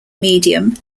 medium